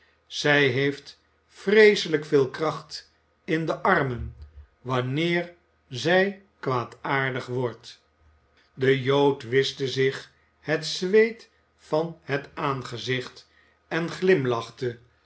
zij heeft vreeselijk veel kracht in de armen wanneer zij kwaadaardig wordt de jood wischte zich het zweet van het aangezicht en glimlachte